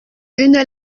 une